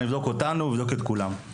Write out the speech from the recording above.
אבדוק את אותנו, אבדוק את כולם.